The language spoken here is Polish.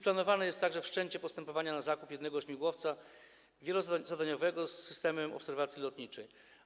Planowane jest także wszczęcie postępowania na zakup jednego śmigłowca wielozadaniowego z systemem obserwacji lotniczej.